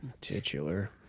Titular